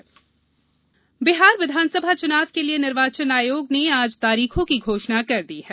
बिहार चुनाव बिहार विधानसभा चुनाव के लिए निर्वाचन आयोग ने आज तारीखों की घोषणा कर दी है